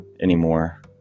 anymore